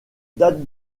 date